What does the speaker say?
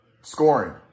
scoring